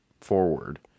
forward